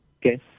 okay